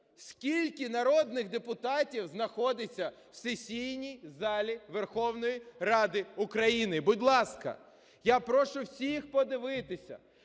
скільки народних депутатів знаходиться в сесійній залі Верховної Ради України. Будь ласка, я прошу всіх подивитися.